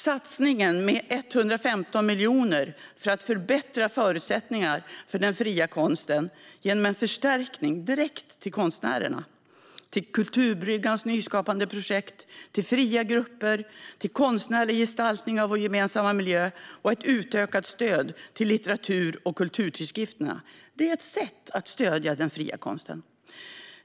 Satsningen på 115 miljoner för att förbättra förutsättningarna för den fria konsten genom en förstärkning direkt till konstnärerna, till Kulturbryggans nyskapande projekt, till fria grupper, konstnärlig gestaltning av vår gemensamma miljö och ett utökat stöd till litteratur och kulturtidskrifterna är ett sätt att stödja den fria konsten.